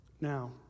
Now